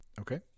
Okay